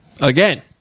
Again